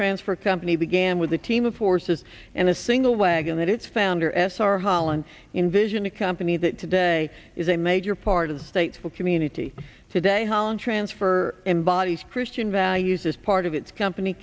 transfer company began with a team of horses and a single wagon that its founder s r holland envisioned a company that today is a major part of the state for community today holland transfer embodies christian values is part of its company